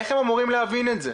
איך הם אמורים להבין את זה?